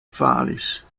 falis